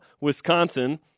Wisconsin